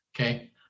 okay